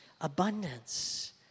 abundance